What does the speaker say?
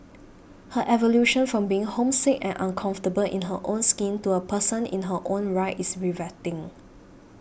her evolution from being homesick and uncomfortable in her own skin to a person in her own right is riveting